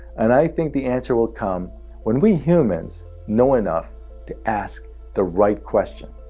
and i think the answer will come when we humans know enough to ask the right question.